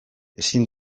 ezin